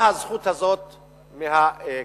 הזכות הזאת מהכנסת.